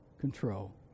control